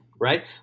right